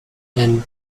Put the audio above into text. and